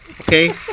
Okay